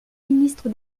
ministre